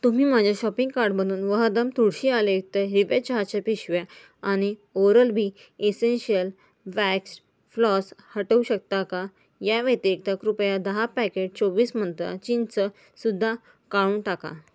तुम्ही माझ्या शॉपिंग कार्टमधून वहदम तुळशी आलेयुक्त हिरव्या चहाच्या पिशव्या आणि oral B essential waxed floss हटवू शकता का या व्यतिरिक्त कृपया दहा पॅकेट चोवीस मंत्रा चिंच सुद्धा काढून टाका